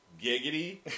Giggity